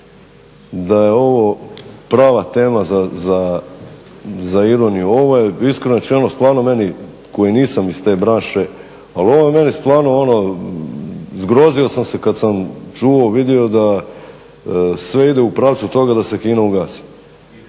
da je ovo prava tema za ironiju. Ovo je iskreno rečeno stvarno meni koji nisam iz te branše ali ovo je meni stvarno zgrozio sam se kada sam čuo, vidio da sve ide u pravcu toga da se HINA ugasi.